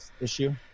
issue